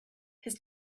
his